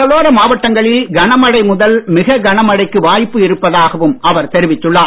கடலோர மாவட்டங்களில் கனமழை முதல் மிக கன மழைக்கு வாய்ப்பு இருப்பதாகவும் அவர் தெரிவித்துள்ளார்